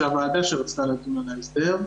זאת הוועדה שרצתה לדון בהסדר.